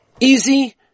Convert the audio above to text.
easy